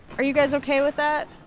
are you guys ok with that?